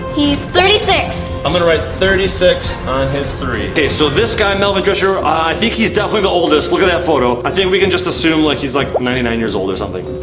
he's thirty six. i'm gonna write thirty six on his three. okay, so this guy melvin dresher uhhh, i think he's definitely the oldest. look at that photo. i think we can just assume like he's like ninety nine years old or something.